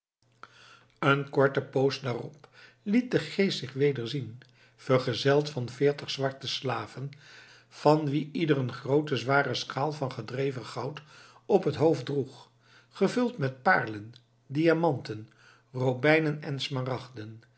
een korte poos daarop liet de geest zich weder zien vergezeld van veertig zwarte slaven van wie ieder een groote zware schaal van gedegen goud op het hoofd droeg gevuld met paarlen diamanten robijnen en smaragden